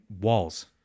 walls